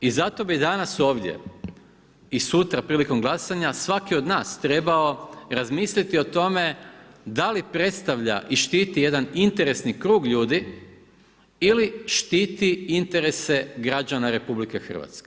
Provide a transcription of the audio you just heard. I zato bih danas ovdje i sutra prilikom glasanja svaki od nas trebao razmisliti o tome da li predstavlja i štiti jedan interesni krug ljudi ili štiti interese građana RH.